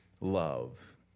love